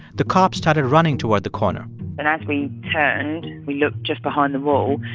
the cops started running toward the corner and as we turned, we looked just behind the wall.